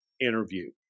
interview